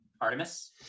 Artemis